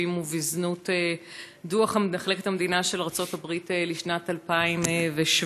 ובזנות דוח מחלקת המדינה של ארצות הברית לשנת 2017,